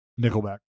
Nickelback